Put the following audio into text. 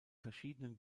verschiedenen